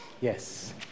Yes